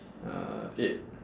uh eight